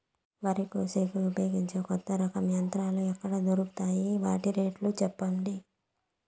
వరి కోసేకి ఉపయోగించే కొత్త రకం యంత్రాలు ఎక్కడ దొరుకుతాయి తాయి? వాటి రేట్లు చెప్పండి?